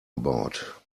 about